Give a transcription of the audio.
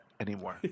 anymore